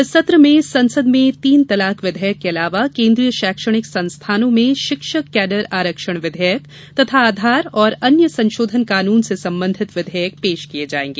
इस सत्र में संसद में तीन तलाक विधेयक के अलावा केंद्रीय शैक्षणिक संस्थानों में शिक्षक कैडर आरक्षण विधेयक तथा आधार और अन्य संशोधन कानून से संबंधित विधेयक पेश किए जाएंगे